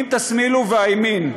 אם תשמילו ואימין.